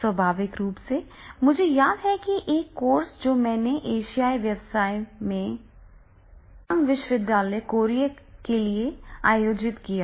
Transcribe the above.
स्वाभाविक रूप से मुझे याद है कि एक कोर्स है जो मैंने एशियाई व्यवसाय में हयांग विश्वविद्यालय कोरिया के लिए आयोजित किया है